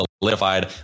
solidified